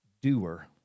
doer